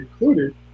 included